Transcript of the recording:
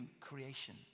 creation